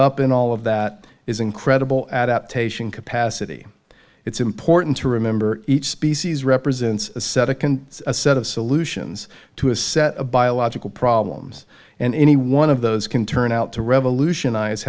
up in all of that is incredible adaptation capacity it's important to remember each species represents a set of can a set of solutions to a set of biological problems and any one of those can turn out to revolutionize